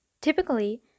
Typically